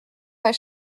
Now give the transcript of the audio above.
pas